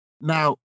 Now